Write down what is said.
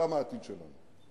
שם העתיד שלנו.